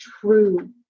true